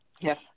Yes